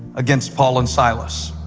against paul and silas.